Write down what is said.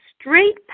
straight